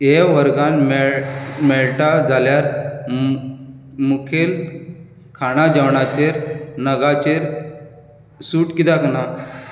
हे वर्गांत मेळ मेळटा जाल्यार मु मुखेल खाणां जेवणाचे नगांचेर सूट कित्याक ना